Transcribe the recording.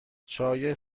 چای